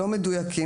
לא מדויקים,